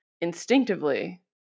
instinctively